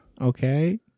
Okay